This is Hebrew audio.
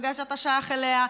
מפלגה שאתה שייך אליה,